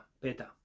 beta